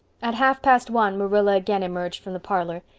at half past one marilla again emerged from the parlor.